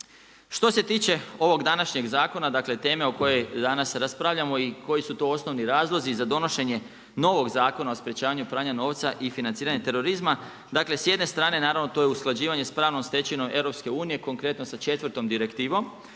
Što se tiče ovog današnjeg zakona, dakle teme o kojoj danas raspravljamo, i koji su to osnovni razlozi za donošenje novog Zakona o sprečavanju pranja novca i financiranje terorizma, dakle s jedne strane naravno to je usklađivanje s pravnom stečevinom EU-a, konkretno sa četvrtom direktivom.